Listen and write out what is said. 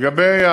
דרך אגב,